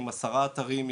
עם עשרה אתרים,